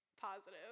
positive